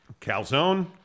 Calzone